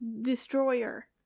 destroyer